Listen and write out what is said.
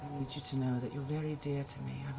need you to know that you're very dear to me.